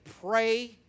pray